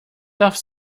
darf